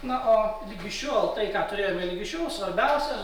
na o iki šiol tai ką turėjome ligi šiol svarbiausias